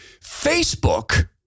Facebook